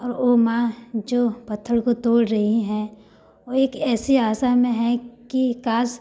और वह माँ जो पत्थर को तोड़ रही हैं वह एक ऐसी आशा में है कि काश